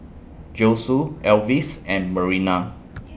Josue Alvis and Marina